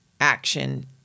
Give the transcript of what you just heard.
action